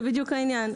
זה בדיוק העניין.